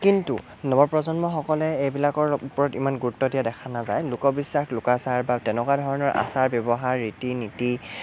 কিন্তু নৱপ্ৰজন্মসকলে এইবিলাকৰ ওপৰত ইমান গুৰুত্ব দিয়া দেখা নাযায় লোকবিশ্বাস লোকাচাৰ বা তেনেকুৱা ধৰণৰ আচাৰ ব্যৱহাৰ ৰীতি নীতি